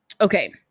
Okay